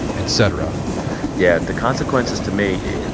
et cetera yeah, the consequences to me,